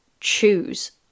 choose